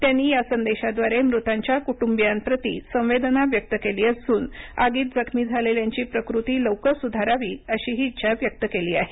त्यांनी या संदेशाद्वारे मृतांच्या कृटुंबियांप्रती संवेदना व्यक्त केली असून आगीत जखमी झालेल्यांची प्रकृती लवकर सुधारावी अशीही इच्छा व्यक्त केली आहे